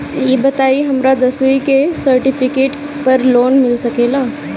ई बताई हमरा दसवीं के सेर्टफिकेट पर लोन मिल सकेला?